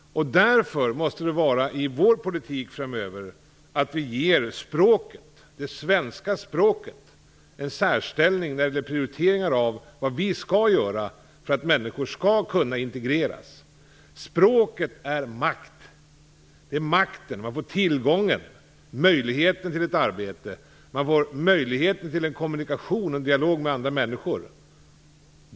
Därför måste vi i vår politik framöver ge det svenska språket en särställning när det gäller prioriteringar av vad vi skall göra för att människor skall kunna integreras. Språket är makt. Det ger tillgång och möjlighet till ett arbete. Det ger möjligheter till en kommunikation och en dialog med andra människor.